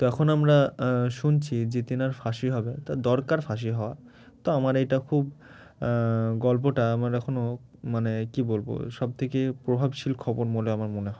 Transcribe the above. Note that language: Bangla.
তো এখন আমরা শুনছি যে তাঁর ফাঁসি হবে তা দরকার ফাঁসি হওয়া তো আমার এইটা খুব গল্পটা আমার এখনও মানে কী বলবো সবথেকে প্রভাবশীল খবর বলে আমার মনে হয়